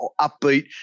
upbeat